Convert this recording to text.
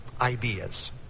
ideas